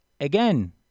Again